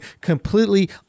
completely